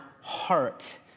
heart